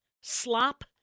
slop